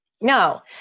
No